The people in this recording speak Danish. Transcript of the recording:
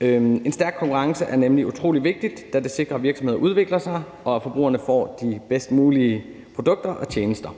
En stærk konkurrence er nemlig utrolig vigtigt, da det sikrer, at virksomheder udvikler sig, og at forbrugerne får de bedst mulige produkter og tjenester.